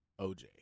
OJ